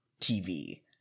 tv